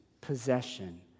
possession